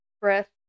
breath